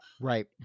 Right